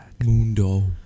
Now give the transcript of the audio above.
Mundo